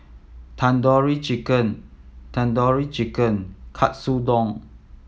Tandoori Chicken Tandoori Chicken Katsudon